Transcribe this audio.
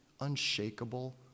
unshakable